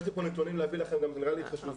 יש לי פה נתונים להעביר לכם, הם נראים לי חשובים.